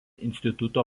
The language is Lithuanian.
instituto